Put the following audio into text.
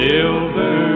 Silver